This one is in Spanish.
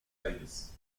aires